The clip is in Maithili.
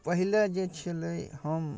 पहिले जे छलै हम